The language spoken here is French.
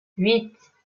huit